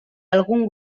algun